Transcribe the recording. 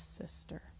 sister